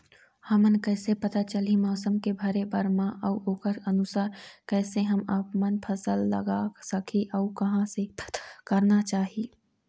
हमन कैसे पता चलही मौसम के भरे बर मा अउ ओकर अनुसार कैसे हम आपमन फसल लगा सकही अउ कहां से पता करना चाही?